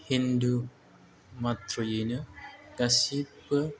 हिन्दु मात्रयैनो गासिबो